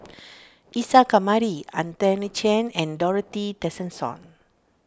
Isa Kamari Anthony Chen and Dorothy Tessensohn